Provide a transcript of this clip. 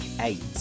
eight